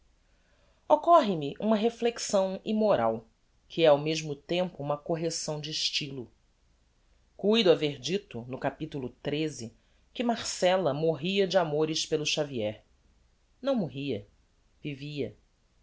immoral occorre me uma reflexão immoral que é ao mesmo tempo uma correcção de estylo cuido haver dito no cap xiii que marcella morria de amores pelo xavier não morria vivia